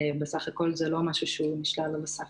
בסף הכול זה לא משהו שהוא נשלל על הסף.